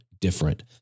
different